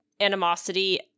animosity